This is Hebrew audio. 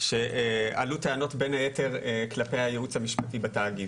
שעלו טענות בין היתר כלפי הייעוץ המשפטי בתאגיד